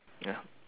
ya